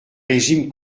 régime